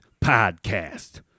Podcast